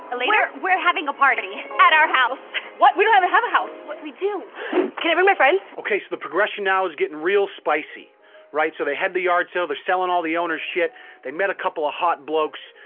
later? we're having a party at our house what we don't even have a house. what? we do can i bring my friends? okay, so the progression now is getting real spicy right, so they head the yard sale. they're selling all the owners shit they met a couple of hot blokes,